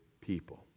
people